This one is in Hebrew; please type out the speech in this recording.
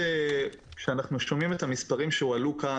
כשאנחנו שומעים את המספרים שהועלו כאן